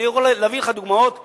אני יכול להביא לך דוגמאות מדהימות.